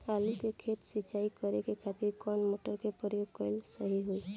आलू के खेत सिंचाई करे के खातिर कौन मोटर के प्रयोग कएल सही होई?